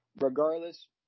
regardless